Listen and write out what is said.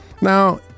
Now